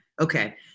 Okay